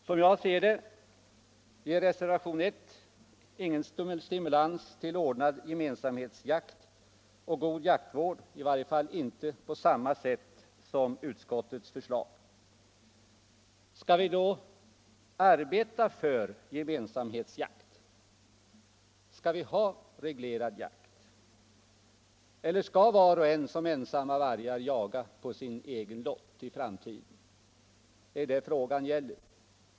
Som jag ser det, ger reservation I ingen stimulans till ordnad gemensamhetsjakt och god jaktvård, i varje fall inte på samma sätt som utskottets förslag. Skall vi då arbeta för gemensamhetsjakt? Skall vi ha reglerad jakt eller skall vi som ensamma vargar jaga var och en på sin egen lott i framtiden? Det är detta frågan gäller.